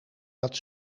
dat